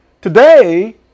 Today